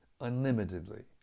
unlimitedly